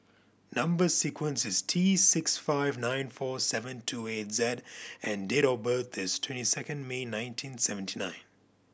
number sequence is T six five nine four seven two eight Z and date of birth is twenty second May nineteen seventy nine